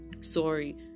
sorry